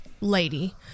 lady